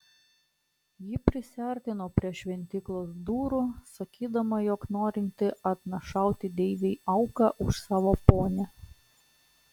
ji prisiartino prie šventyklos durų sakydama jog norinti atnašauti deivei auką už savo ponią